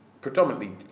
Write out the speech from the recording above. predominantly